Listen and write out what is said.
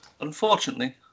Unfortunately